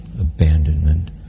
abandonment